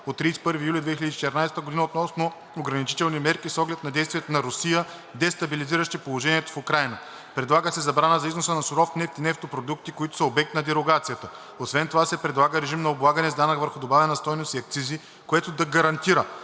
от 31 юли 2014 година относно ограничителни мерки с оглед на действията на Русия, дестабилизиращи положението в Украйна. Предлага се забрана за износа на суров нефт и нефтопродукти, които са обект на дерогацията. Освен това се предлага режим на облагане с данък върху добавената стойност и с акцизи, което да гарантира